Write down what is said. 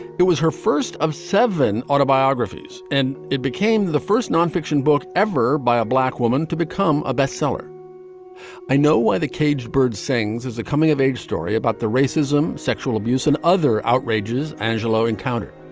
it was her first of seven autobiographies, and it became the first nonfiction book ever by a black woman to become a bestseller i know why the caged bird sings as a coming of age story about the racism, sexual abuse and other outrages angelo encountered.